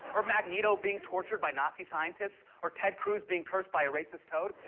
or magneto being tortured by nazi scientists. or ted cruz being cursed by a racist toad.